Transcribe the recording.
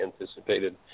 anticipated